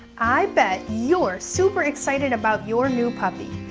i bet you're super excited about your new puppy!